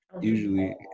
Usually